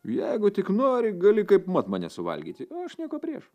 jeigu tik nori gali kaipmat mane suvalgyti aš nieko prieš